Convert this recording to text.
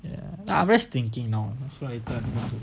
ya I am just thinking you know so later I don't know